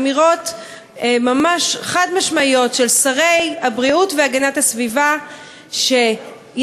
אמירות ממש חד-משמעיות של שר הבריאות והשר להגנת הסביבה שיש